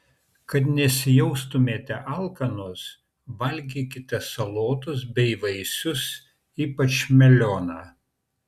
kad nesijaustumėte alkanos valgykite salotas bei vaisius ypač melioną